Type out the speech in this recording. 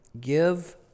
give